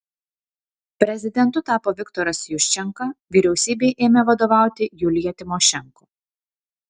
prezidentu tapo viktoras juščenka vyriausybei ėmė vadovauti julija timošenko